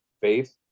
faith